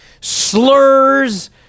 slurs